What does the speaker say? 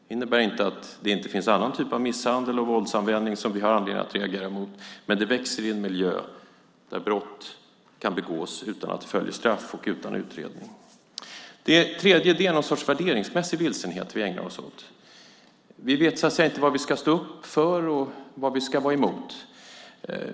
Det innebär inte att det inte finns annan typ av misshandel och våldsanvändning som vi har anledning att reagera på, men det växer i en miljö där brott kan begås utan att det följer straff och utan utredning. Det tredje är någon sorts värderingsmässig vilsenhet som vi ägnar oss åt. Vi vet inte vad vi ska stå upp för och vad vi ska vara emot.